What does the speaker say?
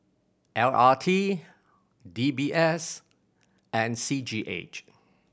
L R T D B S and C G H